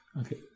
Okay